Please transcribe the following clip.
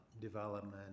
development